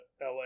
la